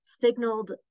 Signaled